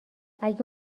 اگه